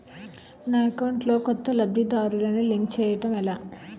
నా అకౌంట్ లో కొత్త లబ్ధిదారులను లింక్ చేయటం ఎలా?